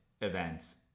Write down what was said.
events